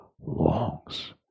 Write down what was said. longs